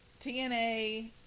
TNA